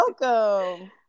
welcome